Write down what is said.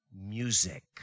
music